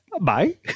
Bye